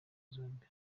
zombi